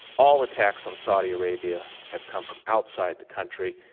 all attacks on saudi arabia have come from outside the country.